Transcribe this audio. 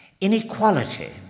Inequality